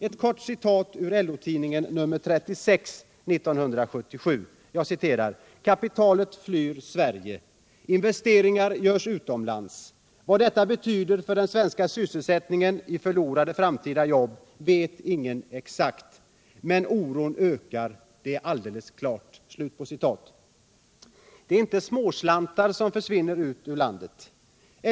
Ett kort citat ur LO-Tidningen nr 36/1977: ”Kapitalet flyr Sverige. Investeringarna görs utomlands. Vad det betyder för den svenska sysselsättningen i förlorade framtida jobb vet ingen exakt. Men att oron ökar är alldeles klart.” Det är inte småslantar som försvinner ur landet.